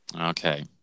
Okay